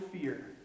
fear